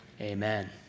amen